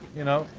you know?